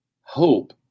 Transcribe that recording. hope